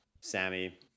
Sammy